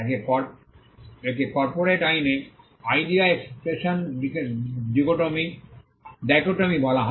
একে কর্পোরেট আইনে idea expression dichotomy বলা হয়